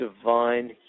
divine